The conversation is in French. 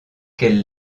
qu’elle